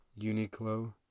Uniqlo